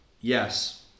Yes